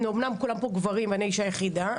אמנם כולם פה גברים ואני האישה היחידה,